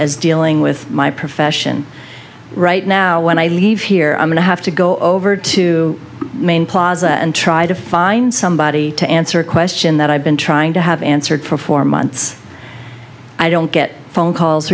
as dealing with my profession right now when i leave here i'm going to have to go over to main plaza and try to find somebody to answer a question that i've been trying to have answered for four months i don't get phone calls